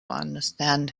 understand